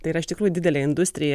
tai yra iš tikrųjų didelė industrija